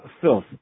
filth